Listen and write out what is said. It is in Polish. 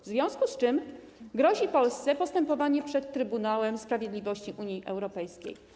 W związku z czym grozi Polsce postępowanie przed Trybunałem Sprawiedliwości Unii Europejskiej.